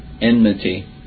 enmity